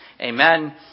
Amen